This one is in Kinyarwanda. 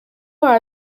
baba